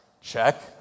Check